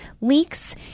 leaks